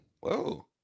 Whoa